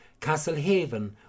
Castlehaven